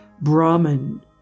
Brahman